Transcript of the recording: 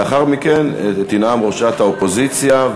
לאחר מכן תנאם ראשת האופוזיציה,